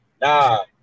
Nah